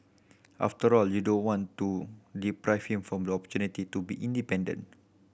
after all you don't want to deprive him for opportunity to be independent